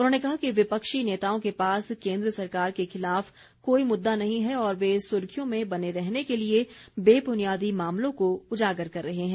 उन्होंने कहा कि विपक्षी नेताओं के पास केन्द्र सरकार के खिलाफ कोई मुददा नहीं है और वे सुर्खियों में बने रहने के लिए बेबुनियादी मामलों को उजागर कर रहे हैं